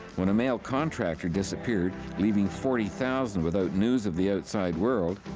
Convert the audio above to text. when a mail contractor disappeared, leaving forty thousand without news of the outside world,